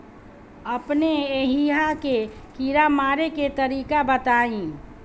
अपने एहिहा के कीड़ा मारे के तरीका बताई?